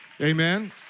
Amen